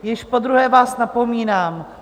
Již podruhé vás napomínám.